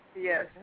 Yes